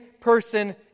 person